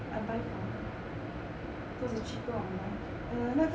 I buy for her because it's cheaper online err 那个